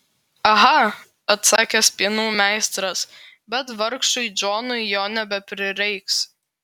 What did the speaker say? aha atsakė spynų meistras bet vargšui džonui jo nebeprireiks